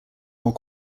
more